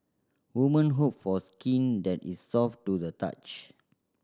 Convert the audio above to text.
women hope for skin that is soft to the touch